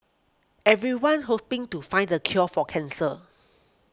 everyone's hoping to find the cure for cancer